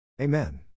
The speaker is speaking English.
Amen